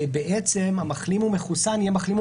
בעצם המחלים או מחוסן יהיה מחלים או